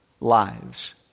lives